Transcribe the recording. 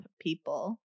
people